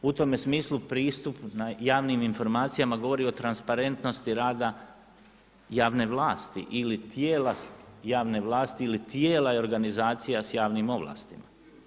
U tome smislu pristup javnim informacijama govori o transparentnosti rada javne vlasti ili tijela javne vlasti ili tijela i organizacije s javnim ovlastima.